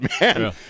man